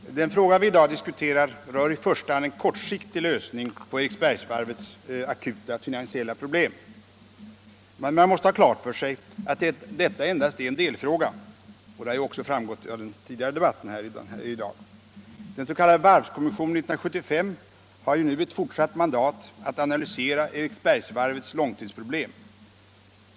Herr talman! Den fråga vi i dag diskuterar rör i första hand en kortsiktig lösning på Eriksbergsvarvets akuta finansiella problem. Men man måste ha klart för sig att detta endast är en delfråga, och det har ju också framgått av den tidigare debatten här i dag. Den s.k. 1975 års varvskommission har ju nu ett fortsatt mandat att analysera Eriksbergsvarvets långtidsproblem.